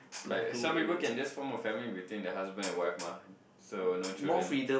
but some people can just form a family between the husband and wife mah so no children